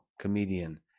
Comedian